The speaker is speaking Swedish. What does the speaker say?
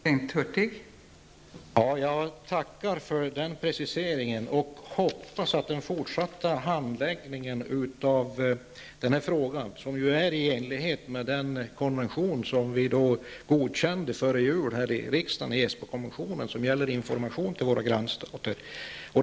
Fru talman! Jag tackar för den preciseringen. Jag hoppas att den fortsatta handläggningen av frågan, som ju är i enlighet med Esbokonventionen, som vi godkände här i riksdagen före jul och som gäller information till grannstater.